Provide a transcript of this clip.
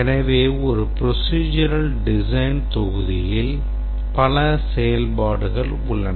எனவே ஒரு procedural design தொகுதியில் பல செயல்பாடுகள் உள்ளன